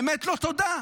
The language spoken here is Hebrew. האמת, לא תודה.